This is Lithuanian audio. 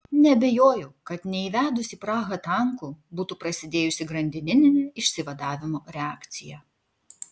neabejoju kad neįvedus į prahą tankų būtų prasidėjusi grandininė išsivadavimo reakcija